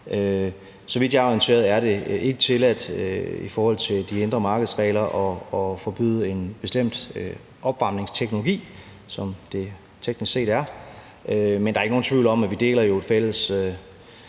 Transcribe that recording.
Så vidt jeg er orienteret, er det ikke tilladt i forhold til det indre markeds regler at forbyde en bestemt opvarmningsteknologi, som det teknisk set er. Men der er ikke nogen tvivl om, at vi jo deler en fælles